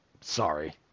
Sorry